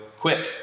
quick